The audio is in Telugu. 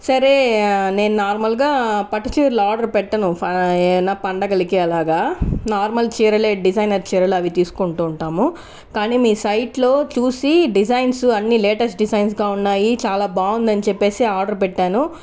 సరే నేను నార్మల్గా పట్టు చీరలు ఆర్డర్ పెట్టను పండగలకు అలాగా నార్మల్ చీరలే డిజైనర్ చీరలు అవి తీసుకుంటూ ఉంటాము కానీ మీ సైట్లో చూసి డిజైన్స్ అన్ని లేటెస్ట్ డిజైన్స్గా ఉన్నాయి చాలా బాగుందని చెప్పేసి ఆర్డర్ పెట్టాను